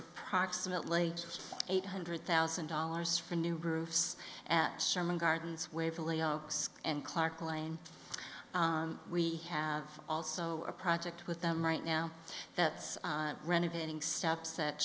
approximately eight hundred thousand dollars for new groups at sherman gardens waverly oaks and clark lane we have also a project with them right now that's renovating stops at